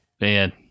Man